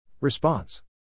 Response